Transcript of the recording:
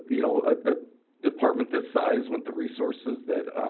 ah you know a department this size with the resources that